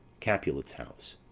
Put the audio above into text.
capulet's house.